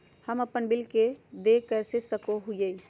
हम अपन बिल देय कैसे देख सको हियै?